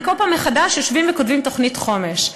כל פעם מחדש יושבים וכותבים תוכנית חומש,